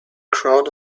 crowd